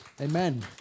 Amen